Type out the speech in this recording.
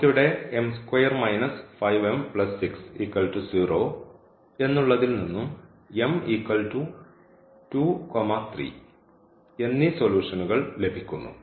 നമുക്ക് ഇവിടെ എന്നുള്ളതിൽ നിന്നും എന്നീ സൊലൂഷന്കൾ ലഭിക്കുന്നു